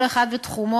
כל אחד בתחומו,